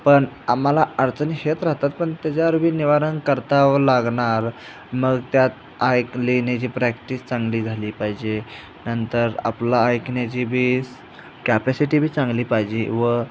पण आम्हाला अडचणी येत राहतात पण त्याच्यावर बी निवारण करावं लागणार मग त्यात ऐकण्याची प्रॅक्टिस चांगली झाली पाहिजे नंतर आपला ऐकण्याची बी कॅपेसिटीबी चांगली पाहिजे व